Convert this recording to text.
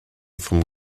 vom